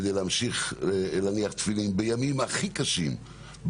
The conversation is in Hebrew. כדי להמשיך להניח תפילין בימים הכי קשים,